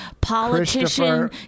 politician